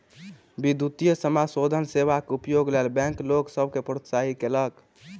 विद्युतीय समाशोधन सेवा के उपयोगक लेल बैंक लोक सभ के प्रोत्साहित कयलक